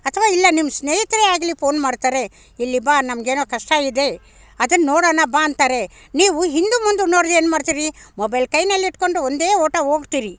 ಅಥ್ವಾ ಇಲ್ಲ ನಿಮ್ಮ ಸ್ನೇಹಿತರೇ ಆಗಲಿ ಫೋನ್ ಮಾಡ್ತಾರೆ ಇಲ್ಲಿ ಬಾ ನಮಗೇನೋ ಕಷ್ಟ ಇದೆ ಅದನ್ನು ನೋಡೋಣ ಬಾ ಅಂತಾರೆ ನೀವು ಹಿಂದೆ ಮುಂದೆ ನೋಡದೇ ಏನು ಮಾಡ್ತೀರಿ ಮೊಬೈಲ್ ಕೈಯಲ್ಲಿಟ್ಕೊಂಡು ಒಂದೇ ಓಟ ಹೋಗ್ತೀರಿ